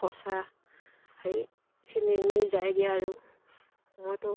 খৰচা সেইখিনি এনেই যায়গে আৰু মইতো